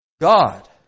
God